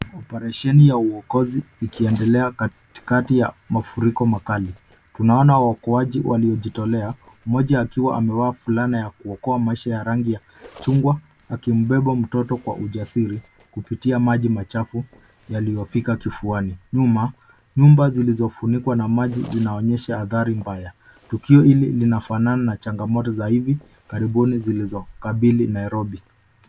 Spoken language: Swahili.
Oparesheni ya uokozi ikiendelea katikati ya mafuriko makali. Tunaona waokoaji waliojiteolea, mmoja akiwa amevaa fulana ya kuokoa maisha ya rangi ya chungwa akimbeba mtoto kwa ujasiri kupitia maji machafu yaliyofika kifuani. Nyuma, nyumba zilizofunikwa na maji zinaonyesha athari mbaya. Tukio hili linafanana na changamoto za hivi karibuni zilizokabili Nairobi.